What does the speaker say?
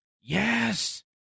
yes